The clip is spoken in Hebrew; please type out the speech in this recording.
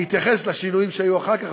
אני אתייחס לשינויים שהיו אחר כך,